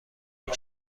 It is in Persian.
این